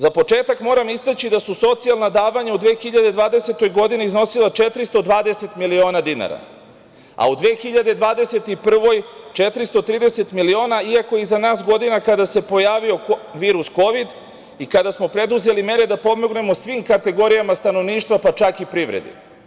Za početak moram istaći da su socijalna davanja u 2020. godini iznosila 420 miliona dinara, a u 2021. godini 430 miliona, iako je iza nas godina kada se pojavio virus Kovid i kada smo preduzeli mere da pomognemo svim kategorijama stanovništva, pa čak i privredi.